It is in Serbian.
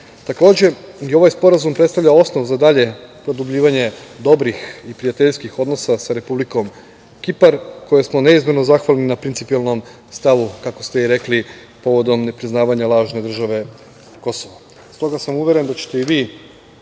i ovaj sporazum predstavlja osnov za dalje produbljivanje dobrih i prijateljskih odnosa sa Republikom Kipar, kojoj smo neizmerno zahvalni na principijelnom stavom, kako ste i rekli, povodom nepriznavanja lažne države Kosovo. Stoga